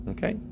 Okay